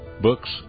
books